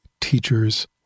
teachers